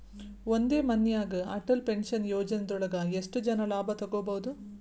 ಒಂದೇ ಮನ್ಯಾಗ್ ಅಟಲ್ ಪೆನ್ಷನ್ ಯೋಜನದೊಳಗ ಎಷ್ಟ್ ಜನ ಲಾಭ ತೊಗೋಬಹುದು?